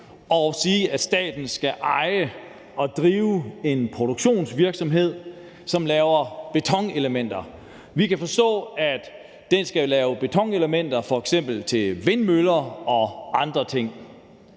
at sige, at staten skal eje og drive en produktionsvirksomhed, som laver betonelementer. Vi kan forstå, at den skal lave betonelementer til f.eks. vindmøller og andre ting.